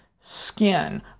skin